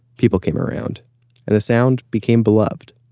people came around and the sound became beloved